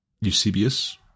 Eusebius